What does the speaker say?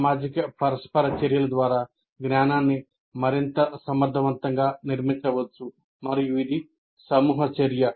సామాజిక పరస్పర చర్యల ద్వారా జ్ఞానాన్ని మరింత సమర్థవంతంగా నిర్మించవచ్చు మరియు ఇది సమూహ చర్య